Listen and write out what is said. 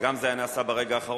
וגם זה היה נעשה ברגע האחרון.